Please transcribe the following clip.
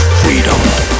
freedom